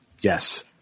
Yes